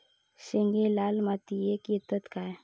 शेंगे लाल मातीयेत येतत काय?